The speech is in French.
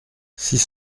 six